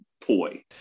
toy